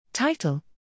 Title